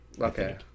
okay